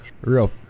real